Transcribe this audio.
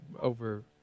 over